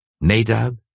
Nadab